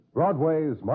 Broadway's